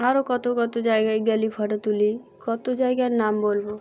আরও কত কত জায়গায় গেলে ফটো তুলি কত জায়গার নাম বলবো